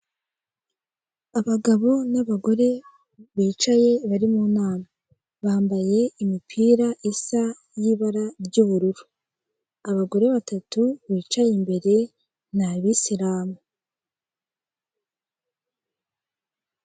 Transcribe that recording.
Abagabo n'abagore bicaye bari mu nama, bambaye imipira isa y'ibara ry'ubururu, abagore batatu bicaye imbere ni abisiramu.